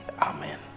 Amen